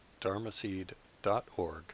dharmaseed.org